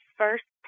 first